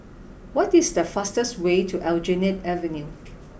what is the fastest way to Aljunied Avenue